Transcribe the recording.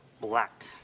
Black